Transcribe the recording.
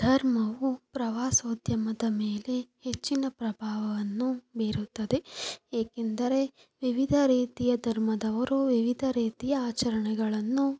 ಧರ್ಮವು ಪ್ರವಾಸೋದ್ಯಮದ ಮೇಲೆ ಹೆಚ್ಚಿನ ಪ್ರಭಾವವನ್ನು ಬೀರುತ್ತದೆ ಏಕೆಂದರೆ ವಿವಿಧ ರೀತಿಯ ಧರ್ಮದವರು ವಿವಿಧ ರೀತಿಯ ಆಚರಣೆಗಳನ್ನು